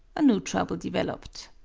a new trouble developed.